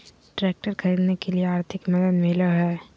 Tractor खरीदे के लिए आर्थिक मदद मिलो है?